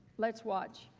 let's watch.